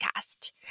podcast